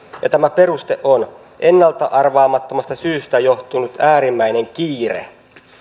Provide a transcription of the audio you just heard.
ja tämä peruste on ennalta arvaamattomasta syystä johtunut äärimmäinen kiire